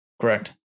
Correct